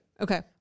Okay